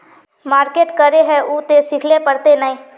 Market करे है उ ते सिखले पड़ते नय?